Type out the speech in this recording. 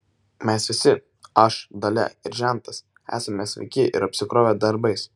mes visi aš dalia ir žentas esame sveiki ir apsikrovę darbais